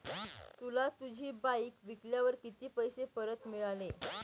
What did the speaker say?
तुला तुझी बाईक विकल्यावर किती पैसे परत मिळाले?